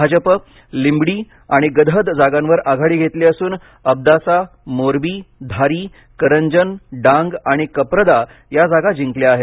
भाजप लिंबडी आणि गदहद जागांवर आघाडी घेतली असून अब्दासा मोरबी धारी करंजन डांग आणि कप्रदा जागा जिंकल्या आहेत